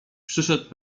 przyszedł